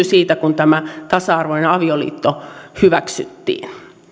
siitä kun tämä tasa arvoinen avioliitto hyväksyttiin